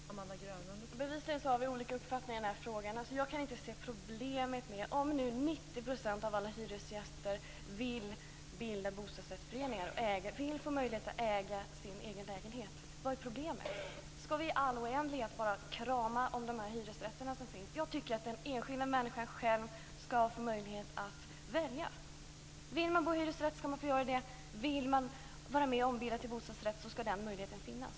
Fru talman! Bevisligen har vi olika uppfattningar i denna fråga. Jag kan inte se problemet. Om 90 % av alla hyresgäster vill bilda bostadsrättsförening och vill få möjlighet att äga sin lägenhet, vad är då problemet? Skall vi i all oändlighet bara krama om de hyresrätter som finns? Jag tycker att den enskilda människan själv skall få möjlighet att välja. Vill man bo i hyresrätt skall man få göra det. Vill man vara med och ombilda hyresrätt till bostadsrätt skall den möjligheten finnas.